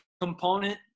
component